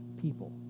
people